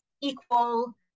equal